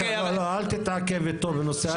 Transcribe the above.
לא, לא, אל תתעכב איתו בנושא ההייטק.